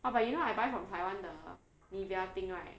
!wah! but you know I buy from taiwan the Nivea thing right